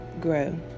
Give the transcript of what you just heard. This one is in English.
grow